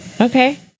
okay